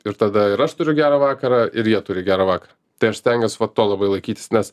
ir tada ir aš turiu gerą vakarą ir jie turi gerą vakarą tai aš stengiuos vat to labai laikytis nes